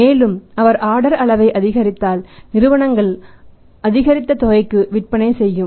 மேலும் அவர் ஆர்டர் அளவை அதிகரித்தால் நிறுவனங்கள் அதிகரித்த தொகைக்கு விற்பனை செய்யும்